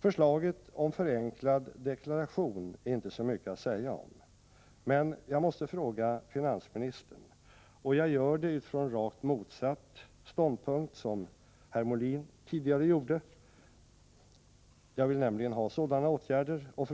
Förslaget om förenklad deklaration är inte så mycket att säga om, men jag måste fråga finansministern, och jag gör det med utgångspunkt i en uppfattning som är rakt motsatt den som låg till grund för Björn Molins fråga tidigare i dag till finansministern; jag vill nämligen ha till stånd sådana